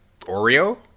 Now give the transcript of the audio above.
Oreo